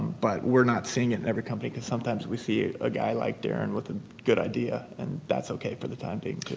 but we're not seeing it in every company because sometimes we see it in a guy like darren with a good idea and that's okay for the time being too.